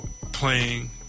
playing